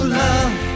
love